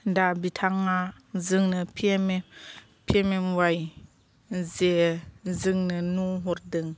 दा बिथाङा जोंनि P M A P M A Y J जोंनो न' हरदों